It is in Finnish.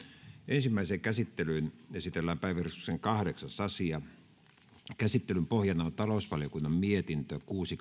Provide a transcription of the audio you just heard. ensimmäiseen käsittelyyn esitellään päiväjärjestyksen kahdeksas asia käsittelyn pohjana on talousvaliokunnan mietintö kuusi